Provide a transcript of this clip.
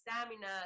stamina